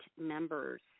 members